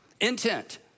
intent